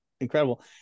Incredible